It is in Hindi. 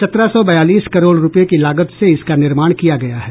सत्रह सौ बयालीस करोड़ रुपये की लागत से इसका निर्माण किया गया है